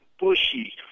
bushy